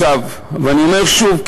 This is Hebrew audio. ואני אומר שוב,